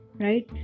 right